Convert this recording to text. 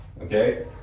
Okay